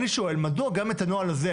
אני שואל מדוע גם את הנוהל הזה,